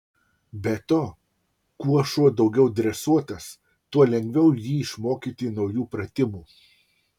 be to kuo šuo daugiau dresuotas tuo lengviau jį išmokyti naujų pratimų